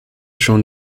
schon